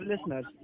listeners